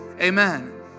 Amen